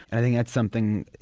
and that's something,